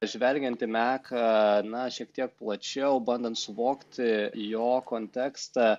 žvelgiant į meką na šiek tiek plačiau bandant suvokti jo kontekstą